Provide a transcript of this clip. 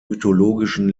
mythologischen